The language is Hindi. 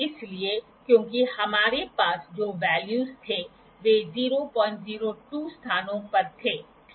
इसलिए क्योंकि हमारे पास जो वेल्यूस थे वे 002 स्थानों पर थे ठीक है